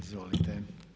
Izvolite.